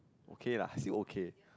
okay lah still okay